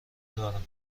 دارم